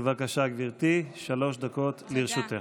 בבקשה, גברתי, שלוש דקות לרשותך.